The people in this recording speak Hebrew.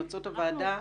אנחנו עובדים.